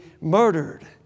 murdered